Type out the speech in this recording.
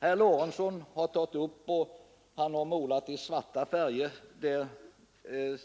Herr Lorentzon har målat det svenska samhället i svarta färger.